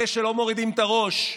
אלה שלא מורידים את הראש,